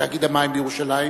תאגיד המים בירושלים,